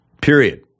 Period